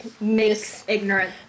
mis-ignorant